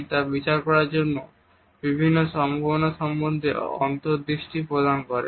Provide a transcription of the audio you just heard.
তা বিচার করার জন্য বিভিন্ন সম্ভাবনার সম্বন্ধে অন্তর্দৃষ্টি প্রদান করা হয়